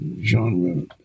genre